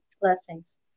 Blessings